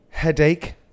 Headache